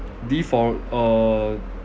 defore~ uh